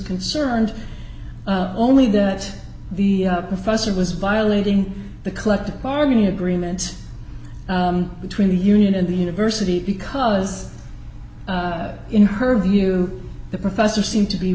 concerned only that the professor was violating the collective bargaining agreement between the union and the university because in her view the professor seemed to be